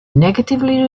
negatively